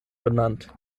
benannt